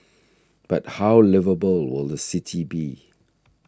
but how liveable will the city be